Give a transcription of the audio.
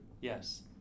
Yes